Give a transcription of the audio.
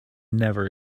never